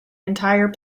entire